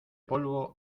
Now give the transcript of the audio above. polvo